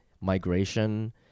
migration